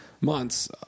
months